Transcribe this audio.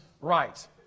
right